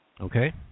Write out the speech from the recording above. Okay